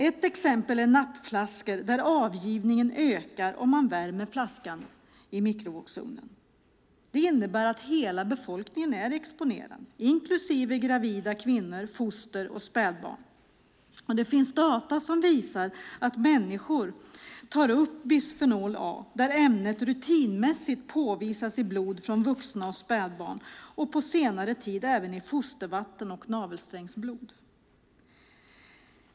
Ett exempel är nappflaskor, där avgivningen ökar om man värmer flaskan i en mikrovågsugn. Detta innebär att hela befolkningen är exponerad, inklusive gravida kvinnor, foster och spädbarn, och det finns data som visar att människor tar upp bisfenol A. Ämnet påvisas rutinmässigt i blod från vuxna och spädbarn och på senare tid även i fostervatten och navelsträngsblod.